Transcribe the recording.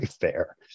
fair